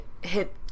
hit